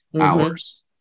hours